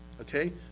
okay